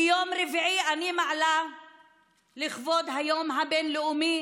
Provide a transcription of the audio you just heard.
ביום רביעי, לכבוד היום הבין-לאומי